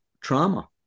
trauma